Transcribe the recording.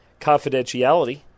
confidentiality